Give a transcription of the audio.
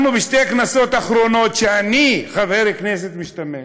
אנחנו בשתי הכנסות אחרונות, שאני חבר כנסת משתמש,